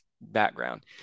background